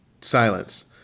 silence